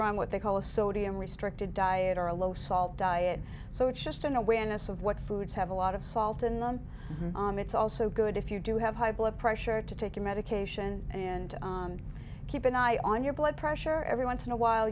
are on what they call a sodium restricted diet or a low salt diet so it's just an awareness of what foods have a lot of salt in them and it's also good if you do have high blood pressure to take your medication and keep an eye on your blood pressure every once in a while